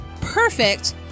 perfect